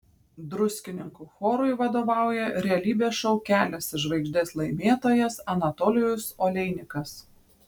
druskininkų chorui vadovauja realybės šou kelias į žvaigždes laimėtojas anatolijus oleinikas